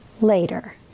later